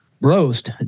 roast